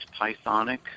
Pythonic